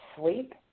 sleep